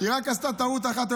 שהיא עשתה רק טעות אחת,